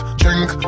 drink